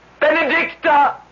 Benedicta